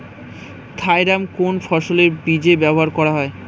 Thiram কোন ফসলের বীজে ব্যবহার করা হয়?